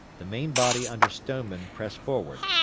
the main body under stoneman pressed forward,